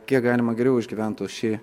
kiek galima geriau išgyventų šį